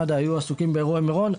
ומד"א היו עסוקים באירועי מירון,